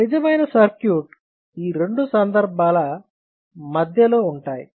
నిజమైన సర్క్యూట్ ఈ రెండు సందర్భాల మధ్యలో ఉంటాయి